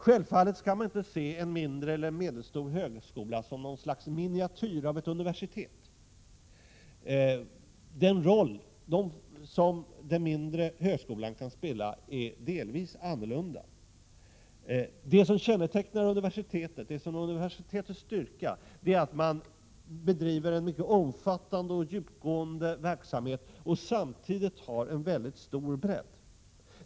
Självfallet skall man inte se en mindre eller medelstor högskola som något slags miniatyr av ett universitet. Den roll som den mindre högskolan kan spela är delvis en annan. Det som kännetecknar universiteten och det som är deras styrka är att man där bedriver en mycket omfattande och djupgående verksamhet och samtidigt har mycket stor bredd.